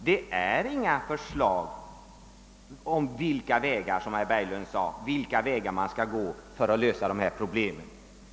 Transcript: Det är inga förslag om vilka vägar man skall gå — som herr Berglund sade — för att lösa dessa problem.